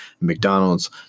McDonald's